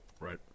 Right